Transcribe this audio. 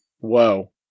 whoa